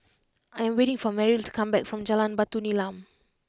I am waiting for Meryl to come back from Jalan Batu Nilam